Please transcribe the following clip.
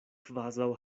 kvazaŭ